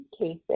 cases